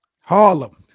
Harlem